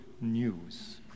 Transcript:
news